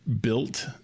built